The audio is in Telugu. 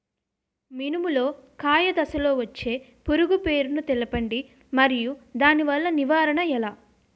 మినుము లో కాయ దశలో వచ్చే పురుగు పేరును తెలపండి? మరియు దాని నివారణ ఎలా?